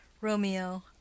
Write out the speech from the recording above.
Romeo